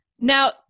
Now